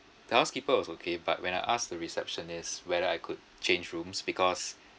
the housekeeper was okay but when I ask the receptionist whether I could change rooms because